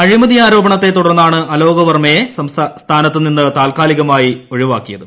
അഴിമതി ആരോപണത്തെ തുടർന്നാണ് അലോക് വർമയെ സ്ഥാനത്ത് നിന്ന് താൽക്കാലികമായി ഒഴിവാക്കിയത്